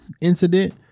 incident